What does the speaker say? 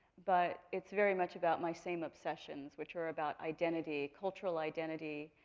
but it's very much about my same obsessions which are about identity, cultural identity,